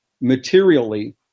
materially